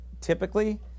Typically